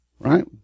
Right